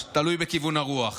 320 קמ"ש, תלוי בכיוון הרוח.